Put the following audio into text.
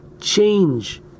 change